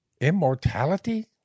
immortality